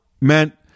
meant